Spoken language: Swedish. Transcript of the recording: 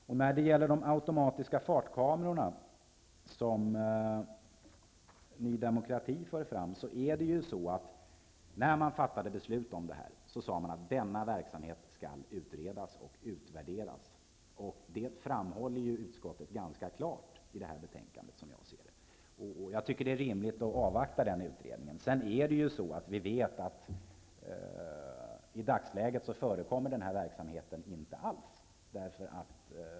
När man fattade beslut om de automatiska fartkamerorna, som Ny demokrati berör, sade man att verksamheten skulle utredas och utvärderas. Det framhåller utskottet ganska klart i detta betänkande, som jag ser det. Jag tycker att det är rimligt att avvakta den utredningen. Dessutom vet vi att den här verksamheten i dagsläget inte förekommer alls.